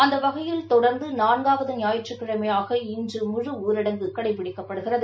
அந்த வகையில் தொடர்ந்து நான்காவது ஞாயிற்றுக்கிழமையாக இன்று முழுஊரடங்கு கடைபிடிக்கப்படுகிறது